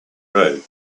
road